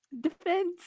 defense